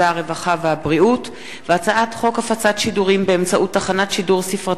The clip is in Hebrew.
הרווחה והבריאות; הצעת חוק הפצת שידורים באמצעות תחנות שידור ספרתיות,